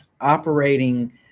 operating